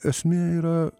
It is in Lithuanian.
esmė yra